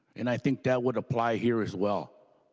and i think that would apply here as well.